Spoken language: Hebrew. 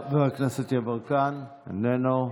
חבר הכנסת יברקן, איננו.